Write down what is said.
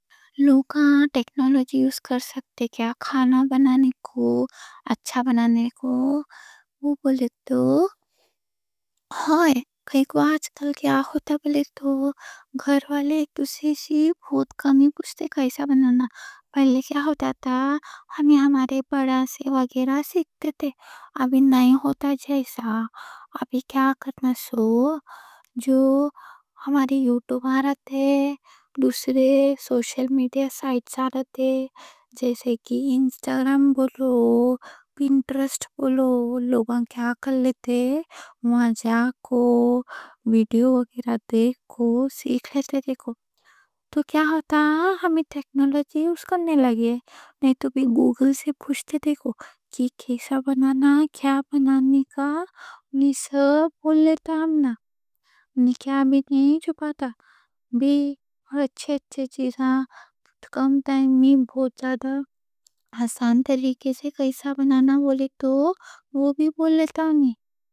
لوگاں ٹیکنالوجی یوز کر سکتے کیا؟ کھانا بنانے کو، اچھا بنانے کو۔ بولے تو، ہوئی کائیں کوں آج کل کیا ہوتا۔ بولے تو گھر والے ایک دوسرے سی بہت کمّی پوچھتے کیسا بنانا۔ پہلے کیا ہوتا تھا، ہمنا پیرنٹس وغیرہ سی سیکھتے، ابھی نئیں ہوتا۔ جیسا ابھی کیا کرنا سو، جو یوٹیوب آ رتے، دوسرے سوشل میڈیا سائٹس آ رتے، جیسے کی انسٹاگرام بولو، پنٹرسٹ بولو۔ لوگاں کیا کر لیتے؟ وہاں جا کو ویڈیو وغیرہ دیکھو، سیکھ لیتے۔ دیکھو تو کیا ہوتا، ہمنا ٹیکنالوجی یوز کرنے لگے۔ گوگل سے پُوچھتے، دیکھو کیسا بنانا، کیا بنانے کا؛ انہی سب بول لیتا، ہمنا انہی کیا بھی نئیں چھپاتا بھی۔ اچھے اچھے چیزاں کم ٹائم میں بہت زیادہ آسان طریقے سے کیسا بنانا، بولے تو وہ بھی بول لیتا ہوں۔